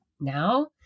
now